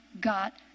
got